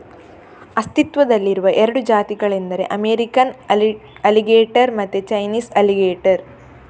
ಅಸ್ತಿತ್ವದಲ್ಲಿರುವ ಎರಡು ಜಾತಿಗಳೆಂದರೆ ಅಮೇರಿಕನ್ ಅಲಿಗೇಟರ್ ಮತ್ತೆ ಚೈನೀಸ್ ಅಲಿಗೇಟರ್